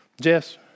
Jess